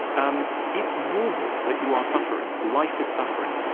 um it's normal that you are suffering. life is suffering,